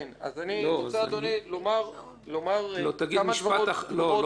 תגיד משפט אחרון.